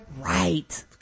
Right